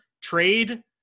trade